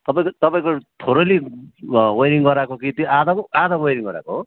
तपाईँको तपाईँको थोरली वेइरिङ गराएको कि त्यो आधाको त्यो आधा वेइरिङ गराएको हो